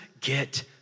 get